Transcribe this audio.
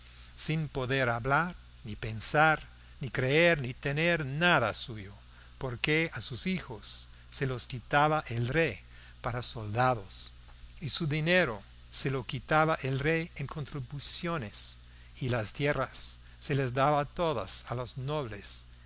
sin poder hablar ni pensar ni creer ni tener nada suyo porque a sus hijos se los quitaba el rey para soldados y su dinero se lo quitaba el rey en contribuciones y las tierras se las daba todas a los nobles